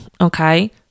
okay